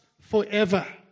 forever